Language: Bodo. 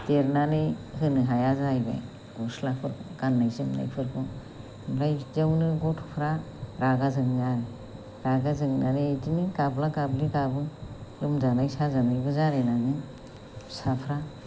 देरनानै होनो हाया जाहैबाय गस्लाफोरखौ गाननाय जोमनायफोरखौ ओमफ्राय बिदियावनो गथ'फ्रा रागा जोङो रागा जोंनानै बिदिनो गाबला गाबलि गाबो लोमजानाय साजानायबो जालाय लाङो फिसाफ्रा